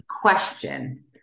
question